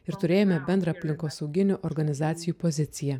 ir turėjome bendrą aplinkosauginių organizacijų poziciją